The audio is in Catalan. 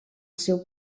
seu